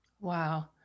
Wow